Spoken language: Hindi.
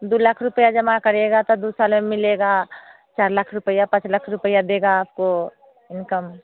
दो लाख रुपये जमा करिएगा तो दो साल में मिलेगा चार लाख रुपये पाँच लाख रुपये देगा आपको इनकम